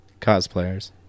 Cosplayers